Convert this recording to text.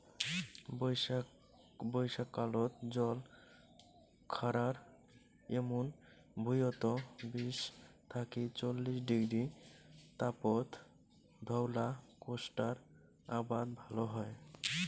বইষ্যাকালত জল খাড়ায় এমুন ভুঁইয়ত বিশ থাকি চল্লিশ ডিগ্রী তাপত ধওলা কোষ্টার আবাদ ভাল হয়